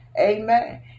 Amen